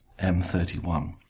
M31